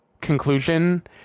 conclusion